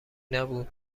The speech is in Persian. نبود